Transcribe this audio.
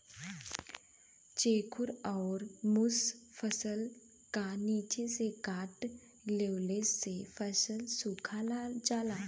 चेखुर अउर मुस फसल क निचे से काट देवेले जेसे फसल सुखा जाला